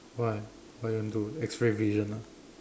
why why you want to do X ray vision ah